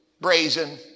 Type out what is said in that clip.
brazen